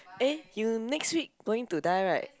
eh you next week going to die right